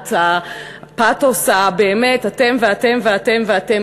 בלהט הפתוס הבאמת "אתם ואתם ואתם ואתם".